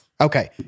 Okay